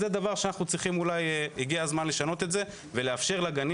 וזה דבר שהגיע הזמן לשנות ולאפשר לגנים